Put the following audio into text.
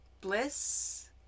bliss